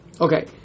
Okay